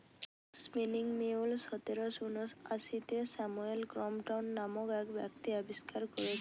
spinning mule সতেরশ ঊনআশিতে Samuel Crompton নামক ব্যক্তি আবিষ্কার কোরেছে